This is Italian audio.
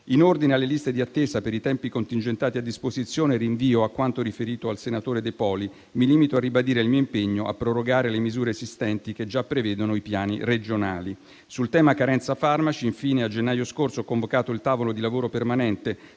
In ordine alle liste di attesa per i tempi contingentati a disposizione, rinvio a quanto riferito al senatore De Poli. Mi limito a ribadire il mio impegno a prorogare le misure esistenti, che già prevedono i piani regionali. Sul tema della carenza farmaci, infine, a gennaio scorso ho convocato il tavolo di lavoro permanente